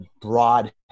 broad